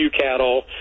cattle